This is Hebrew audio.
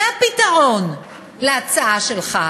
זה הפתרון להצעה שלך.